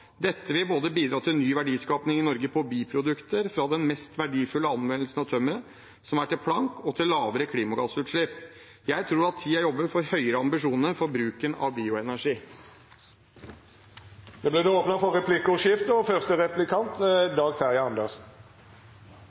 Dette vil både bidra til ny verdiskaping i Norge på biprodukter fra den mest verdifulle anvendelsen av tømmeret som er til plank, og til lavere klimagassutslipp. Jeg tror tiden jobber for høyere ambisjoner for bruken av bioenergi. Det vert replikkordskifte. Vi hørte akkurat representanten Carl I. Hagen redegjøre for